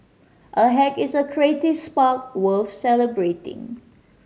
a hack is a creative spark worth celebrating